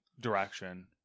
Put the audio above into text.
direction